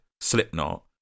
Slipknot